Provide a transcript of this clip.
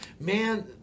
man